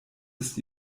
ist